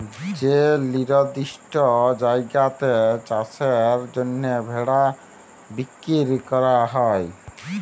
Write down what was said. যে লিরদিষ্ট জায়গাতে চাষের জ্যনহে ভেড়া বিক্কিরি ক্যরা হ্যয়